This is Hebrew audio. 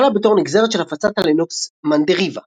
שהחלה בתור נגזרת של הפצת הלינוקס מנדריבה.